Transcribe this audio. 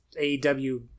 AEW